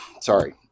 Sorry